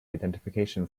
identification